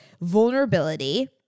vulnerability